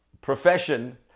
profession